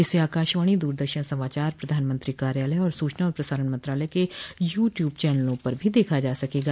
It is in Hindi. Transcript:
इसे आकाशवाणी दूरदर्शन समाचार प्रधानमंत्री कार्यालय और सूचना और प्रसारण मंत्रालय के यू ट्यूब चैनलों पर भी देखा जा सकेगा